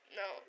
no